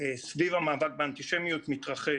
סביב המאבק באנטישמיות מתרחש.